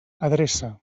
adreça